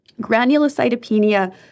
granulocytopenia